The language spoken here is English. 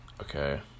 Okay